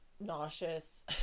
nauseous